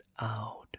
out